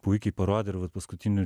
puikiai parodė ir vat paskutinio